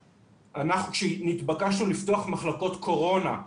כשנתבקשנו לפתוח מחלקות קורונה,